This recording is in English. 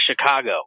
Chicago